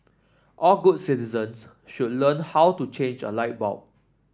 all good citizens should learn how to change a light bulb